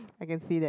I can see that